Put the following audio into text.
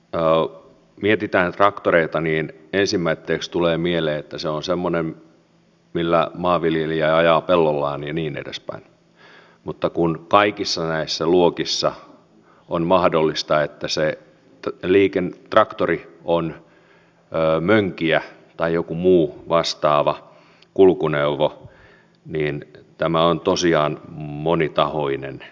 kun mietitään traktoreita niin ensimmäiseksi tulee mieleen että se on semmoinen millä maanviljelijä ajaa pellollaan ja niin edespäin mutta kun kaikissa näissä luokissa on mahdollista että se traktori on mönkijä tai joku muu vastaava kulkuneuvo niin tämä on tosiaan monitahoinen asia